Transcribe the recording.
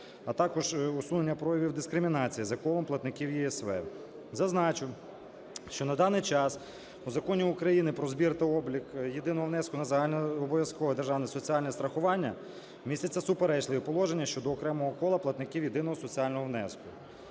а також усунення проявів дискримінації законом платників ЄСВ. Зазначу, що на даний час у Законі України "Про збір та облік єдиного внеску на загальнообов'язкове державне соціальне страхування" містяться суперечливі положення щодо окремого кола платників єдиного соціального внеску.